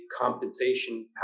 compensation